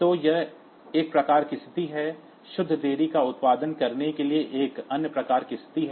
तो यह एक प्रकार की स्थिति है शुद्ध देरी का उत्पादन करने के लिए एक अन्य प्रकार की स्थिति है